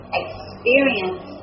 experience